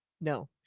no